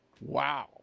Wow